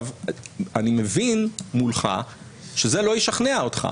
אני מבין מולך שזה לא ישכנע אותך,